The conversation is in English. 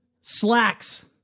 slacks